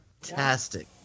fantastic